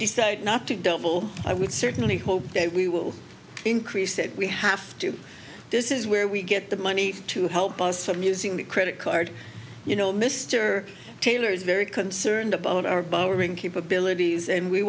decide not to double i would certainly hope that we will increase that we have to this is where we get the money to help us from using the credit card you know mr taylor is very concerned about our borrowing capabilities and we